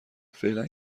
فعلا